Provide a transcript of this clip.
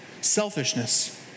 Selfishness